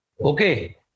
Okay